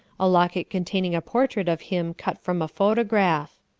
a locket containing a portrait of him cut from a photograph.